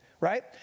right